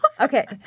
Okay